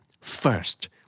first